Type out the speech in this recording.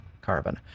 carbon